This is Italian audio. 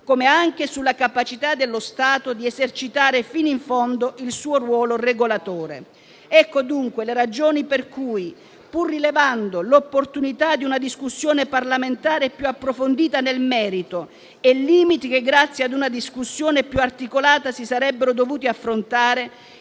come anche sulla capacità dello Stato di esercitare fino in fondo il suo ruolo regolatore. Ecco dunque le ragioni per cui, pur rilevando l'opportunità di una discussione parlamentare più approfondita nel merito e i limiti che grazie ad una discussione più articolata si sarebbero dovuti affrontare,